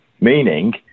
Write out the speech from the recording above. Meaning